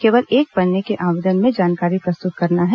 केवल एक पन्ने के आवेदन पत्र में जानकारी प्रस्तुत करना है